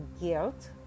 guilt